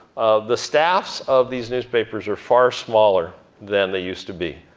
the staffs of these newspapers are far smaller than they used to be.